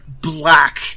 black